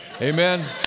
amen